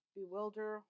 bewilder